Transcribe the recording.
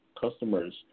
customers